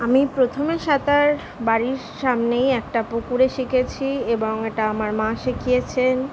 আমি প্রথমে সাঁতার বাড়ির সামনেই একটা পুকুরে শিখেছি এবং এটা আমার মা শিখিয়েছেন